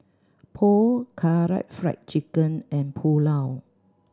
Pho Karaage Fried Chicken and Pulao